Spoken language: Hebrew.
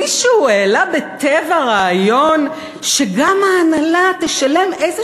מישהו העלה ב"טבע" רעיון שגם ההנהלה תשלם איזה